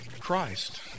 Christ